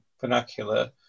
vernacular